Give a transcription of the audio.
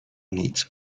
needs